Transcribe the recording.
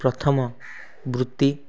ପ୍ରଥମ ବୃତ୍ତି